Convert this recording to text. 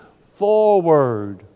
forward